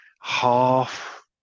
half